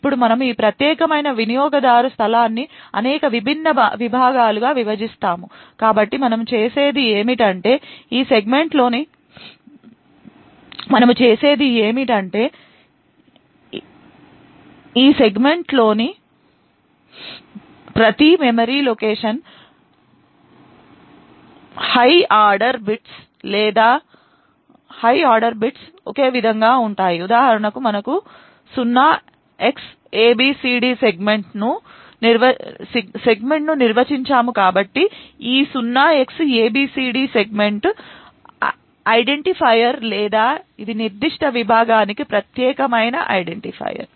ఇప్పుడు మనము ఈ ప్రత్యేకమైన వినియోగదారు స్థలాన్ని అనేక విభిన్న విభాగాలుగా విభజిస్తాము కాబట్టి మనము చేసేది ఏమిటంటే ఈ సెగ్మెంట్లోని ప్రతి మెమరీ లొకేషన్లోని హై ఆర్డర్ బిట్స్ ఒకే విధంగా ఉంటాయి ఉదాహరణకు మనము 0xabcd సెగ్మెంట్ను నిర్వచించాము కాబట్టి ఈ 0Xabcd సెగ్మెంట్ ఐడెంటిఫైయర్ లేదా ఇది నిర్దిష్ట విభాగానికి ప్రత్యేకమైన ఐడెంటిఫైయర్